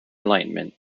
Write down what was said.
enlightenment